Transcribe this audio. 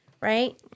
right